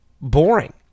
boring